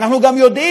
ואנחנו גם יודעים,